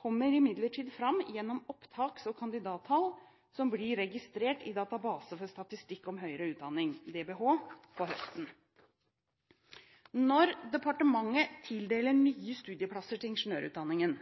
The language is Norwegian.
kommer imidlertid fram gjennom opptaks- og kandidattall som blir registrert i Database for statistikk om høgre utdanning, DBH, på høsten. Når departementet tildeler nye studieplasser til ingeniørutdanningen,